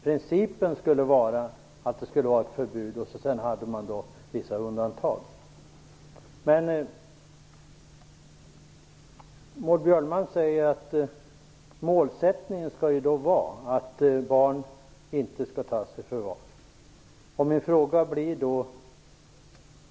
Principen skall vara ett förbud med vissa undantag. Maud Björnemalm säger att målsättningen skall vara att barn inte skall tas i förvar.